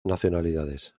nacionalidades